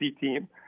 team